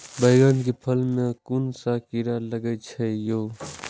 बैंगन के फल में कुन सब कीरा लगै छै यो?